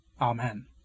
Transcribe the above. Amen